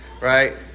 right